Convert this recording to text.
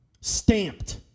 Stamped